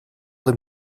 dem